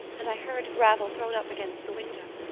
and i heard gravel thrown up against the window.